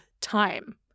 time